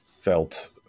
felt